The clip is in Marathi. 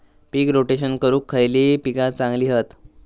पीक रोटेशन करूक खयली पीका चांगली हत?